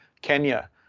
Kenya